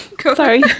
Sorry